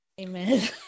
Amen